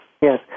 Yes